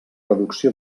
reducció